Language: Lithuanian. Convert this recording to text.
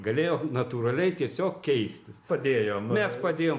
galėjo natūraliai tiesiog keistis mes padėjom